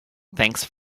thanks